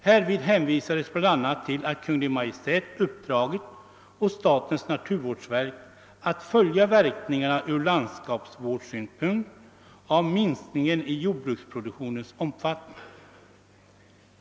Härvid hänvisades bl.a. till att Kungl. Maj:t uppdragit åt statens naturvårdsverk att från landskapsvårdssynpunkt följa verkningarna av minskningen i jordbruksproduktionens omfattning.